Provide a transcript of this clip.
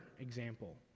example